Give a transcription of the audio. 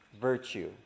virtue